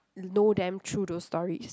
know them through to stories